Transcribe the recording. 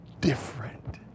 different